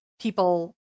people